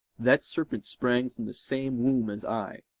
that serpent sprang from the same womb as i,